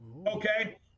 okay